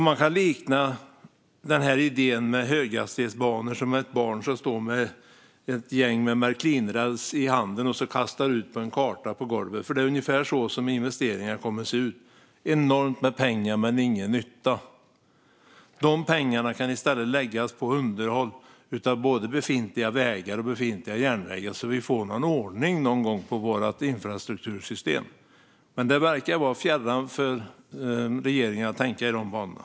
Man kan likna idén om höghastighetsbanor med att ett barn står med ett gäng Märklinräls i handen, som det sedan kastar ut på en karta på golvet. Det är nämligen ungefär så som investeringar kommer att se ut. Det är enormt med pengar men ingen nytta. De pengarna kan i stället läggas på underhåll av både befintliga vägar och befintliga järnvägar, så att vi någon gång får ordning på vårt infrastruktursystem. Men det verkar vara fjärran för regeringen att tänka i de banorna.